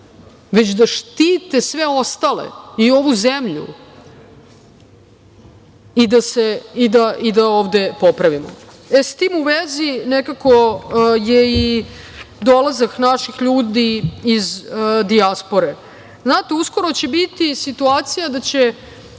već da štite sve ostale i ovu zemlju i da ovde popravimo. S tim u vezi, nekako je i dolazak naših ljudi iz dijaspore. Znate, uskoro će biti situacija da će